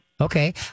Okay